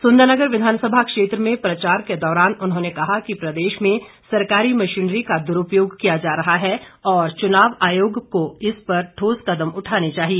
सुन्दरनगर विधानसभा क्षेत्र में प्रचार के दौरान उन्होंने कहा कि प्रदेश में सरकारी मशीनरी का दुरूपयोग किया जा रहा है और चुनाव आयोग को इस पर ठोस कदम उठाने चाहिए